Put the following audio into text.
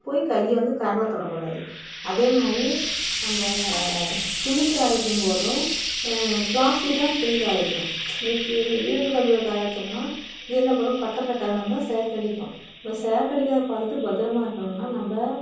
போய் கையை வந்து கரண்டில் தொடக்கூடாது அதே மாதிரி நம்ம துணி காய வைக்கும் போதும் ப்ளாஸ்டிக் தான் துணி காய வைக்கணும் இதுக்கு இரும்பு கம்பியில் காய வச்சோம்னால் அது என்ன பண்ணும் பக்கத்தில் கரண்ட் வந்தால் ஸேக் அடிக்கும் இப்போது ஸேக் அடிக்காதது பார்த்துட்டு பத்திரமா இருக்கணுன்னால் நம்ம